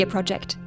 Project